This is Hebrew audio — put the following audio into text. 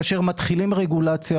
כאשר מתחילים רגולציה,